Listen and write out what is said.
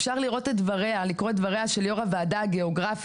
אפשר לקרוא את דבריה של יו"ר הוועדה הגיאוגרפית.